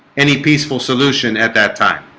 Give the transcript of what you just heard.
any peaceful solution at that time